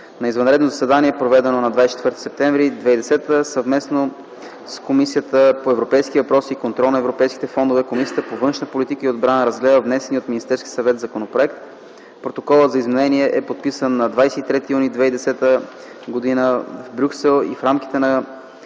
На извънредно заседание, проведено на 24 септември 2010 г., съвместно с Комисията по европейските въпроси и контрол на европейските фондове, Комисията по външна политика и отбрана разгледа внесения от Министерския съвет законопроект. Протоколът за изменение е подписан на 23 юни 2010 г. в Брюксел в рамките на